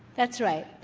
that's right.